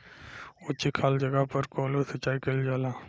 उच्च खाल जगह पर कोल्हू सिचाई कइल जाला